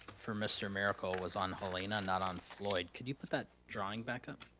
for mr. miracle was on helena, not on floyd. can you put that drawing back up?